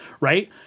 right